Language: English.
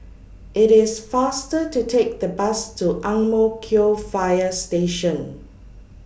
IT IS faster to Take The Bus to Ang Mo Kio Fire Station